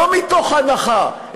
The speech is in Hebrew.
לא מתוך הנחה,